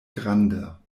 granda